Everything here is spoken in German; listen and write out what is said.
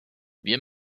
wir